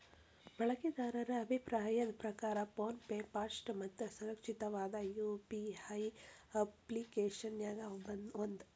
ಬಳಕೆದಾರರ ಅಭಿಪ್ರಾಯದ್ ಪ್ರಕಾರ ಫೋನ್ ಪೆ ಫಾಸ್ಟ್ ಮತ್ತ ಸುರಕ್ಷಿತವಾದ ಯು.ಪಿ.ಐ ಅಪ್ಪ್ಲಿಕೆಶನ್ಯಾಗ ಒಂದ